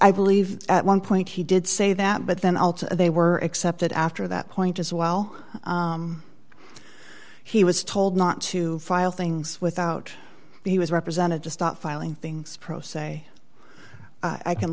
i believe at one point he did say that but then they were accepted after that point as well he was told not to file things without he was represented to start filing things pro se i can